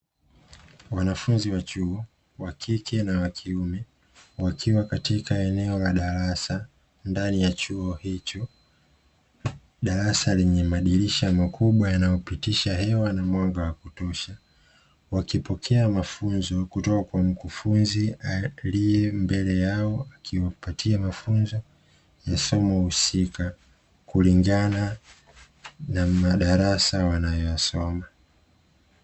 Wanafunzi wa chuo, wa kike na wa kiume wakiwa katika eneo la darasa, ndani ya chuo hicho. Darasa lenye madirisha makubwa yanayopitisha hewa na mwanga wa kutosha, wakipokea mafunzo kutoka kwa mkufunzi aliye mbele yao, akiwapatia mafunzo ya somo husika kulingana, na madarasa wanayosoma.